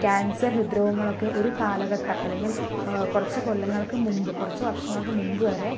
cancer ഹൃദ്രോഗങ്ങളൊക്കെ ഒരു കാലഘട്ടം അല്ലെങ്കിൽ കുറച്ച് കൊല്ലങ്ങൾക്ക് മുൻപ് കുറച്ച് വർഷങ്ങൾക്ക് മുൻപ് വരെ